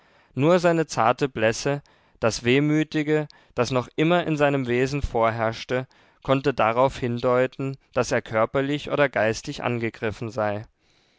nur seine zarte blässe das wehmütige das noch immer in seinem wesen vorherrschte konnte darauf hindeuten daß er körperlich oder geistig angegriffen sei